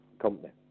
company